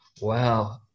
wow